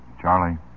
Charlie